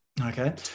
Okay